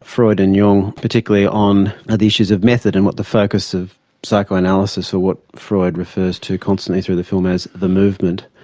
freud and jung, particularly on the issues of method and what the focus of psychoanalysis, or what freud refers to constantly through the film as the movement,